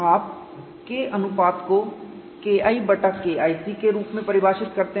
आप K अनुपात को KI बटा KIC के रूप में परिभाषित करते हैं